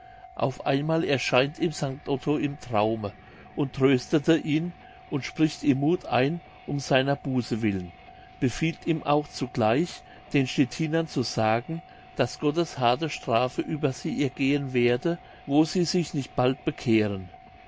auf einmal erscheint ihm st otto im traume und tröstet ihn und spricht ihm muth ein um seiner buße willen befiehlt ihm auch zugleich den stettinern zu sagen daß gottes harte strafe über sie ergehen werde wo sie sich nicht bald bekehren